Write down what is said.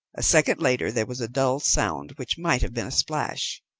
a second later there was a dull sound which might have been a splash.